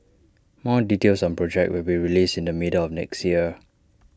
more details on projects will be released in the middle of next year